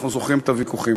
אנחנו זוכרים את הוויכוחים.